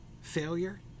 failure